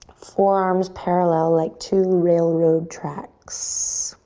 forearms parallel like two railroad tracks.